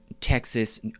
Texas